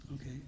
Okay